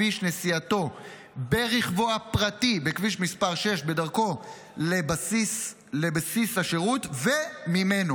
בנסיעתו ברכבו הפרטי בכביש מספר 6 בדרכו לבסיס השירות וממנו.